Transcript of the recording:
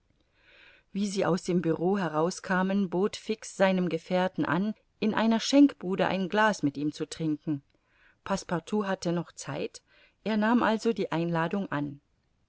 wie sie aus dem bureau heraus kamen bot fix seinem gefährten an in einer schenkbude ein glas mit ihm zu trinken passepartout hatte noch zeit er nahm also die einladung an